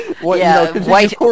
white